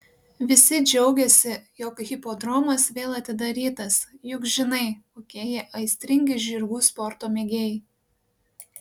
visi džiaugiasi jog hipodromas vėl atidarytas juk žinai kokie jie aistringi žirgų sporto mėgėjai